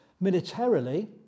Militarily